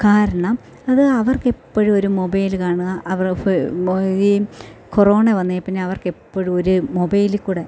കാരണം അത് അവർക്കെപ്പോഴും ഒരു മൊബൈൽ കാണുക അവർക്ക് മൊബൈൽ കൊറോണ വന്നേ പിന്നവർക്കെപ്പോഴും ഒരു മൊബൈലിൽ കൂടി